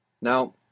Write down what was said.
Now